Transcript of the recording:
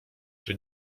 czy